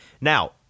Now